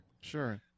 Sure